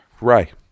right